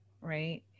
right